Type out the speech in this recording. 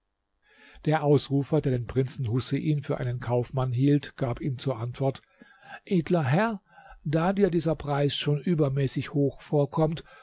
der ausrufer der den prinzen husein für einen kaufmann hielt gab ihm zur antwort edler herr da dir dieser preis schon übermäßig hoch vorkommt